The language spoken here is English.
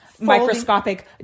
microscopic